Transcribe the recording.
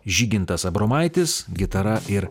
žygintas abromaitis gitara ir